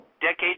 decades